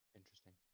interesting